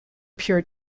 pure